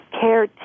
care